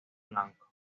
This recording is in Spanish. blanco